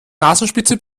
nasenspitze